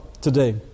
today